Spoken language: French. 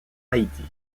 haïti